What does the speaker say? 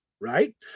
right